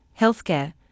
healthcare